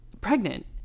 pregnant